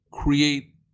create